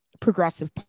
progressive